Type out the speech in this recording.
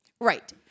Right